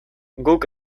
guk